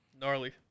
Gnarly